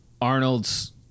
Arnold's